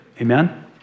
Amen